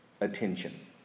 attention